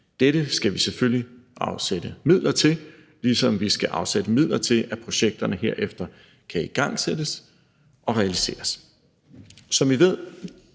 Dette skal vi selvfølgelig afsætte midler til, ligesom vi skal afsætte midler til, at projekterne herefter kan igangsættes og realiseres. Som I ved,